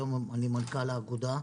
היום אני מנכ"ל האגודה.